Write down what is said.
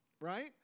right